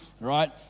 right